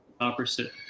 opposite